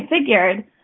figured